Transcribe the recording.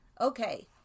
okay